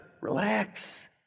Relax